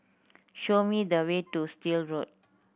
show me the way to Still Road